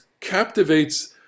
captivates